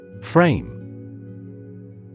Frame